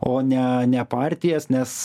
o ne ne partijas nes